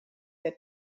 der